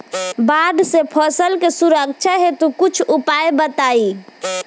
बाढ़ से फसल के सुरक्षा हेतु कुछ उपाय बताई?